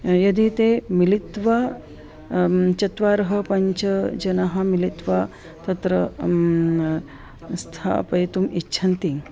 यदि ते मिलित्वा चत्वारः पञ्च जनाः मिलित्वा तत्र स्थापयितुम् इच्छन्ति